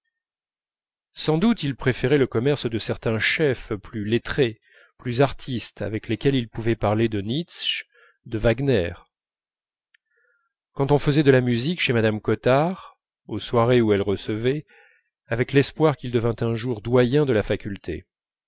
sans doute ils préféraient le commerce de certains chefs plus lettrés plus artistes avec lesquels ils pouvaient parler de nietzsche de wagner quand on faisait de la musique chez mme cottard aux soirées où elle recevait avec l'espoir qu'il devînt un jour doyen de la faculté